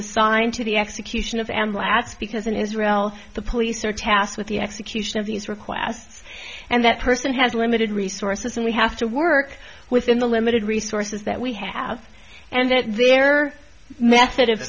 assigned to the execution of am lats because in israel the police are tasked with the execution of these requests and that person has limited resources and we have to work within the limited resources that we have and their method of